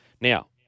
Now